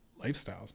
lifestyles